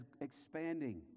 expanding